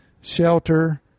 shelter